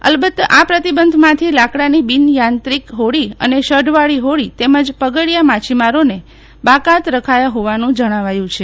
અલબત્ત આ પ્રતિબંધમાંથી લાકડાની બિન યાંત્રિક હોડી અને શઢવાળી હોડી તેમજ પગડિયા માછીમારોને બાકાત રખાયા હોવાનું જણાવ્યું છે